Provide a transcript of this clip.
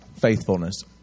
faithfulness